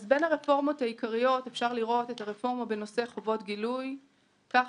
בין הרפורמות העיקריות אפשר לראות את הרפורמה בנושא חובות גילוי כך